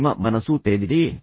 ನಿಮ್ಮ ಮನಸ್ಸು ತೆರೆದಿದೆಯೇ